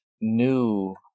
new